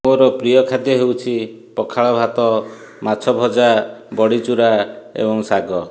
ମୋର ପ୍ରିୟ ଖାଦ୍ୟ ହେଉଛି ପଖାଳ ଭାତ ମାଛ ଭଜା ବଡ଼ି ଚୁରା ଏବଂ ଶାଗ